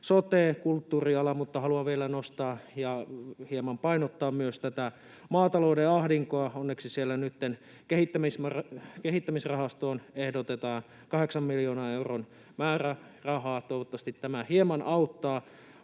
sote, kulttuuriala — mutta haluan vielä nostaa ja hieman painottaa myös maatalouden ahdinkoa. Onneksi siellä nytten kehittämisrahastoon ehdotetaan 8 miljoonan euron määrärahaa, toivottavasti tämä hieman auttaa.